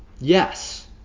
Yes